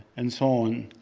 and so on.